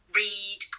read